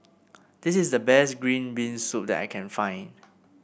this is the best Green Bean Soup that I can find